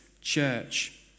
church